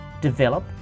develop